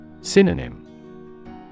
Synonym